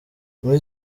muri